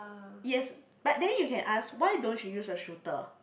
yes but then you can ask why don't you use a shooter